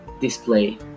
display